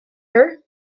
her